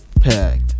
Packed